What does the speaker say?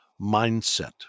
mindset